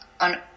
on